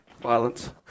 Violence